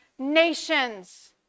nations